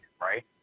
right